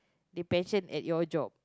they pension at your job